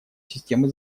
системы